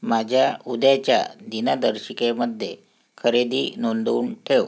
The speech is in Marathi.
माझ्या उद्याच्या दिनदर्शिकेमध्ये खरेदी नोंदवून ठेव